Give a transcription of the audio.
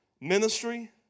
ministry